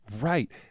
Right